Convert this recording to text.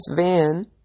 van